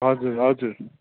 हजुर हजुर